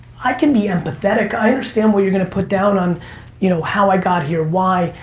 i can be empathetic, i understand what you're gonna put down on you know how i got here, why,